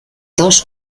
dos